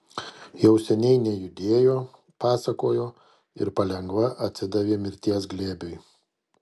jau seniai nejudėjo pasakojo ir palengva atsidavė mirties glėbiui